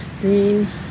green